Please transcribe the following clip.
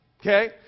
Okay